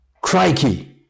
Crikey